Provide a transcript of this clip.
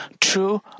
true